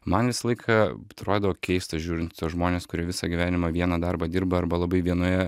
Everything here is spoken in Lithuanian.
man visą laiką atrodydavo keista žiūrint į tuos žmones kurie visą gyvenimą vieną darbą dirba arba labai vienoje